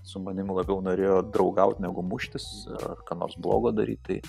su manimi labiau norėjo draugaut negu muštis ar ką nors blogo daryt tai